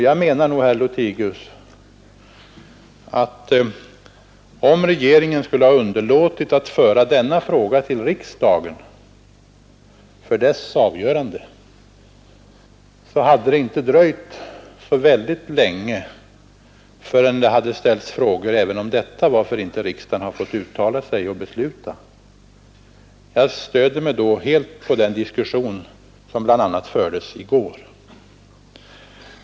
Jag menar nog, herr Lothigius, att om regeringen skulle ha underlåtit att föra det här ärendet till riksdagen för avgörande, så hade det inte dröjt så väldigt länge förrän det hade ställts frågor även om detta: Varför har inte riksdagen fått uttala sig och besluta? Jag stöder mig då som sagt helt på den diskussion som bl.a. fördes i går.